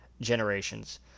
generations